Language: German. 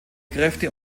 kräfte